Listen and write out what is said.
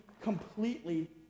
completely